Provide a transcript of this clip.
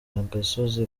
agasozi